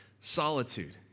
solitude